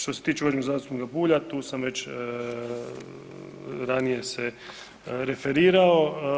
Što se tiče uvaženog zastupnika Bulja tu sam već ranije se referirao.